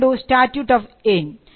നമ്മൾ കണ്ടു statute of Anne